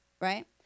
right